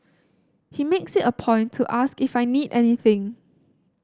he makes it a point to ask if I need anything